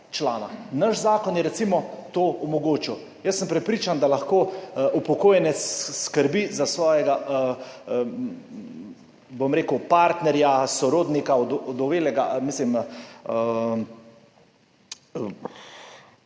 Naš zakon je recimo to omogočil. Jaz sem prepričan, da lahko upokojenec skrbi za svojega bom rekel, partnerja, sorodnika, mislim